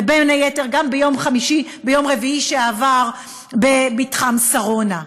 ובין היתר גם ביום רביעי שעבר במתחם שרונה.